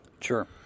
Sure